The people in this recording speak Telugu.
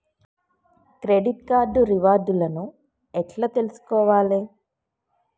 క్రెడిట్ కార్డు రివార్డ్ లను ఎట్ల తెలుసుకోవాలే?